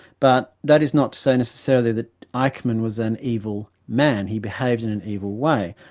but that is not to say necessarily that eichmann was an evil man. he behaved in an evil way,